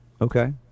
Okay